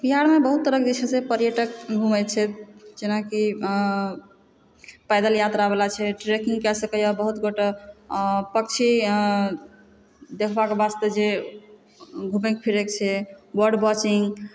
बिहारमे बहुत तरहकेँ जे छै से पर्यटक घुमै छथि जेनाकि पैदल यात्रा वाला छै ट्रेकिंग कऽ सकैया बहुत गोटा पक्षी देखबाक वास्ते जे घुमै फिरै छै बर्ड वाचिंग